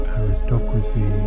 aristocracy